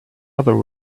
other